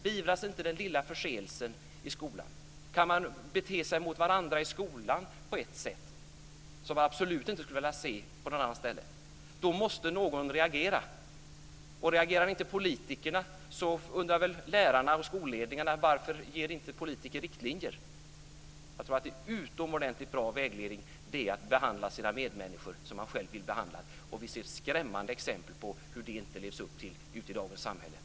Beivras inte den lilla förseelsen i skolan, kan man bete sig mot varandra i skolan på ett sätt som man absolut inte skulle vilja se på något annat ställe, måste någon reagera. Reagerar inte politikerna undrar väl lärarna och skolledningarna: Varför ger inte politikerna riktlinjer? Jag tror att en utomordentligt bra vägledning är att behandla sina medmänniskor som man själv vill bli behandlad. Vi ser skrämmande exempel på hur man inte lever upp till det i dagens samhälle.